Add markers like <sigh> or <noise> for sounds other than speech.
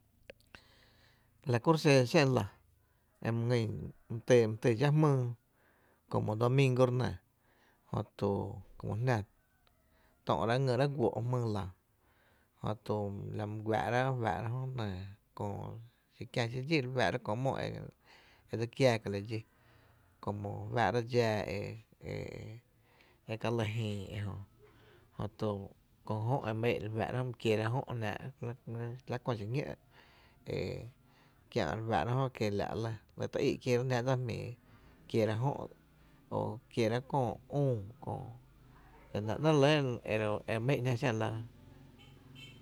Lá kuro’ xen xé’n lⱥ e my ngýn e my tý dxáá’ jmýý, como domingo re nɇ jö to jö jná, tö’ráá’ ngýráá’ guóó’ jmýý lⱥ jö to la my guⱥⱥ’ rá’ re fáá’ra jö köö xi kiä xí dxí re fáá’ra jö köö mó e dse kiáá kala dxí, como re fáá’ra dxáá e <hesitation> e e ka lɇ jïï e jö, jÖtu kö jö’ e my é’n, my kiérá’ jö jnáá’ la kö xiñó’ e kiä’ re fáá’ra jö la tý í’ kieerá’ jnáá’ dsa jmíio kierá’ jö, kiera’ köö üü köö la nɇ néé’ re lɇ e my éé’ jná xé’n lⱥ.